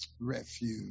refuge